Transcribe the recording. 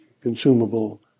consumable